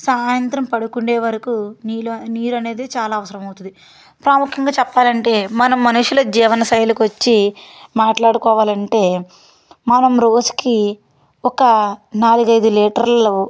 సాయంత్రం పడుకునే వరకు నీళ్ళు నీరు అనేది చాలా అవసరం అవుతుంది ప్రాముఖ్యంగా చెప్పాలంటే మన మనుషుల జీవనశైలికి వచ్చి మాట్లాడుకోవాలి అంటే మనం రోజుకి ఒక నాలుగు ఐదు లీటర్లు